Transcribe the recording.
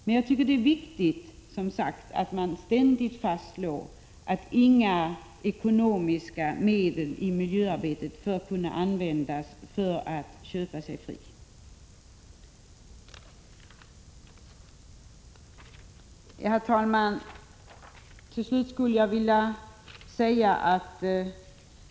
Men jag tycker som sagt att det är viktigt att man ständigt fastslår att inga ekonomiska medel bör kunna användas för att köpa sig fri när det gäller miljöarbetet. Herr talman!